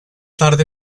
tarde